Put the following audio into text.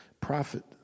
prophet